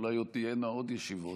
אולי עוד תהיינה עוד ישיבות,